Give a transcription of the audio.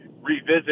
revisit